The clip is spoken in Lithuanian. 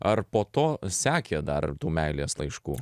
ar po to sekė dar tų meilės laiškų